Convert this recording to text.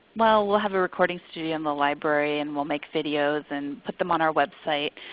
well, we'll have a recording studio in the library and we'll make videos and put them on our website.